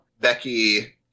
Becky